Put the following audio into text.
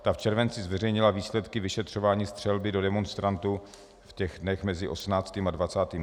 Ta v červenci zveřejnila výsledky vyšetřování střelby do demonstrantů ve dnech mezi 18. a 20.